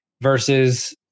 versus